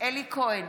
אלי כהן,